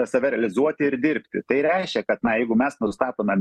save realizuoti ir dirbti tai reiškia kad na jeigu mes nustatome